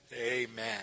Amen